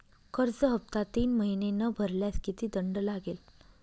कर्ज हफ्ता तीन महिने न भरल्यास किती दंड लागेल?